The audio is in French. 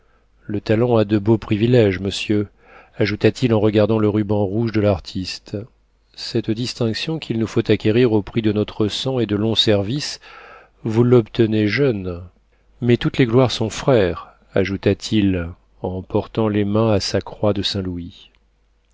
le talent a de beaux priviléges monsieur ajouta-t-il en regardant le ruban rouge de l'artiste cette distinction qu'il nous faut acquérir au prix de notre sang et de longs services vous l'obtenez jeunes mais toutes les gloires sont frères ajouta-t-il en portant les mains à sa croix de saint-louis